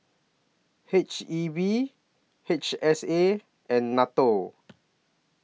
H E B H S A and NATO